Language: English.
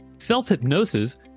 Self-hypnosis